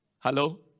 Hello